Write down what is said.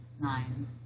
nine